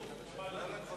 מאה אחוז, למדתי.